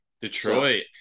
Detroit